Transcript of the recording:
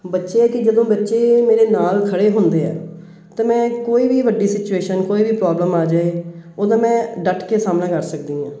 ਬੱਚੇ ਕਿ ਜਦੋਂ ਬੱਚੇ ਮੇਰੇ ਨਾਲ ਖੜ੍ਹੇ ਹੁੰਦਾ ਹੈ ਤਾਂ ਮੈਂ ਕੋਈ ਵੀ ਵੱਡੀ ਸਚੂਏਸ਼ਨ ਕੋਈ ਵੀ ਪ੍ਰੋਬਲਮ ਆ ਜਾਵੇ ਉਹਦਾ ਮੈਂ ਡਟ ਕੇ ਸਾਹਮਣਾ ਕਰ ਸਕਦੀ ਹਾਂ